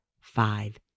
five